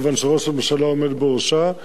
מכיוון שראש הממשלה עומד בראשה,